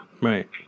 Right